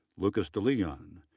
lucas de leon,